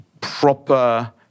proper